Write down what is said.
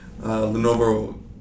Lenovo